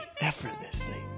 effortlessly